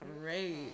great